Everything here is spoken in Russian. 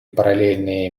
параллельные